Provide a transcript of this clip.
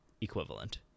equivalent